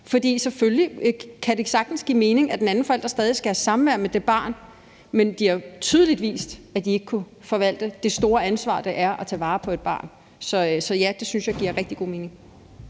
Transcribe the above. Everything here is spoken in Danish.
Selvfølgelig kan det sagtens give mening, at den anden forælder stadig skal have samvær med det barn, men man har tydeligt vist, at man ikke kunne forvalte det store ansvar, det er at tage vare på et barn, så ja, det synes jeg giver rigtig god mening.